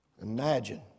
Imagine